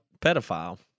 pedophile